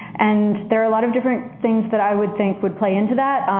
and there are a lot of different things that i would think would play into that,